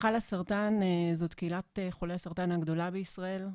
חלאסרטן זו קהילת חולי הסרטן הגדולה בישראל,